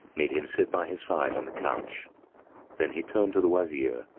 made him sit by his side on the couch then he turned to the wazir,